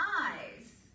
eyes